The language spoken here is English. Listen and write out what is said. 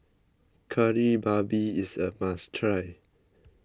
Kari Babi is a must try